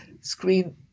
screen